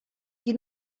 qui